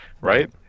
right